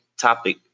topic